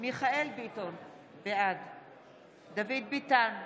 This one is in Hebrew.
מיכאל מרדכי ביטון, בעד דוד ביטן,